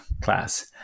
class